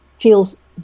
feels